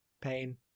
Pain